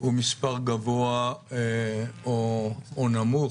הוא מספר גבוה או נמוך.